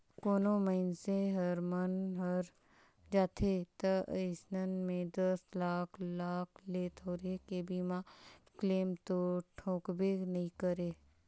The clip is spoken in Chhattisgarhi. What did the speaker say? कोनो मइनसे हर मन हर जाथे त अइसन में दस लाख लाख ले थोरहें के बीमा क्लेम तो ठोकबे नई करे